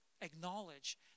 Acknowledge